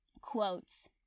quotes